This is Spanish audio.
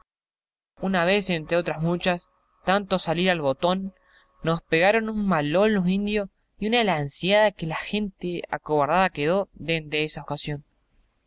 una vez entre otras muchas tanto salir al botón nos pegaron un malón los indios y una lanciada que la gente acobardada quedó dende esa ocasión